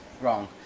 Wrong